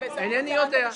אינני יודע,